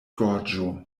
gorĝo